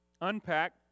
unpack